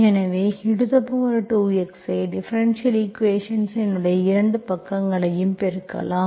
எனவே e2x ஐ differential equations இன் இரு பக்கங்களையும் பெருக்கலாம்